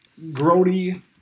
Grody